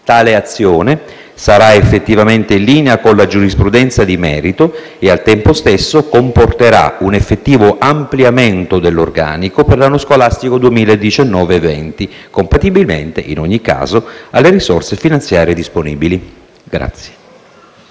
Tale azione sarà effettivamente in linea con la giurisprudenza di merito e al tempo stesso comporterà un effettivo ampliamento dell'organico per l'anno scolastico 2019-2020, compatibilmente in ogni caso con le risorse finanziarie disponibili.